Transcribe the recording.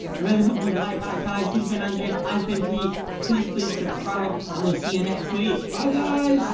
i really hope you've liked that guys. he's been andrew, i've been pete. please, please subscribe and we'll see you next week. bye guys!